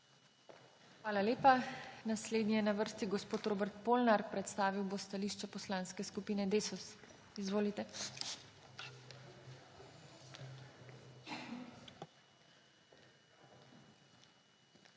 Hvala lepa. Naslednji je na vrsti gospod Robert Polnar, predstavil bo stališče Poslanske skupine Desus. Izvolite.